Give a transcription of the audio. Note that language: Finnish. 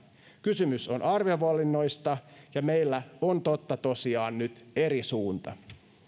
kysymys on arvovalinnoista ja meillä on totta tosiaan nyt eri suunta